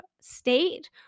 state